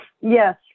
yes